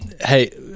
hey